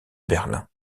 berlin